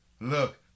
Look